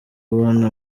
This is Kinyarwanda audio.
ubona